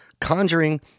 Conjuring